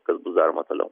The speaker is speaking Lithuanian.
kas daroma toliau